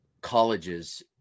colleges